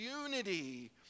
unity